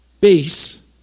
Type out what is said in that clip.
base